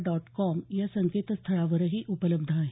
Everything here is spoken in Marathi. डॉट कॉम या संकेतस्थळावरही उपलब्ध आहे